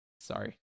sorry